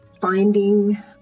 finding